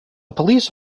police